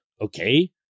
okay